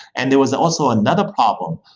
and there was also another problem,